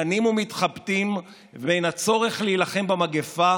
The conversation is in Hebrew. דנים ומתחבטים בין הצורך להילחם במגפה